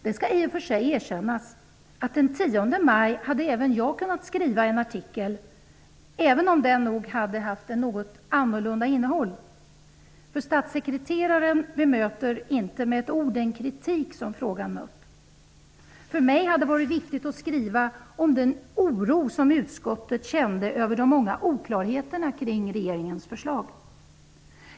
Det skall i och för sig erkännas att även jag hade kunnat skriva en artikel den 10 maj, även om den säkerligen hade haft ett något annorlunda innehåll. Statssekreteraren bemöter nämligen inte med ett ord den kritik som frågan fått. För mig hade det varit viktigt att skriva om den oro som utskottet kände över de många oklarheterna kring regeringens förslag.